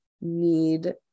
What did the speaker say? need